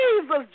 Jesus